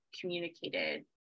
communicated